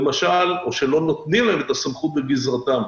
או שלא נותנים להם את הסמכות בגזרתם.